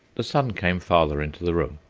the son came farther into the room,